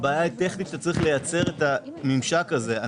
הבעיה היא שצריך לייצר את הממשק הזה.